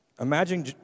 Imagine